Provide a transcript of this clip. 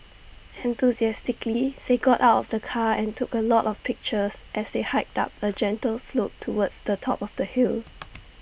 enthusiastically they got out of the car and took A lot of pictures as they hiked up A gentle slope towards the top of the hill